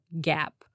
gap